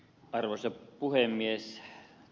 arvoisa puhemies